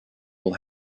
will